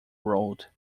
road